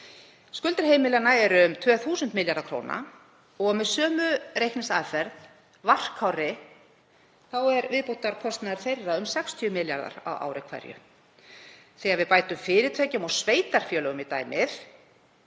Skuldir heimilanna eru um 2.000 milljarðar kr. og með sömu reikningsaðferð, varkárri, þá er viðbótarkostnaður þeirra um 60 milljarðar á ári hverju. Þegar við bætum fyrirtækjum og sveitarfélögum í dæmið,